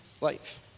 life